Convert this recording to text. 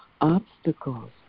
obstacles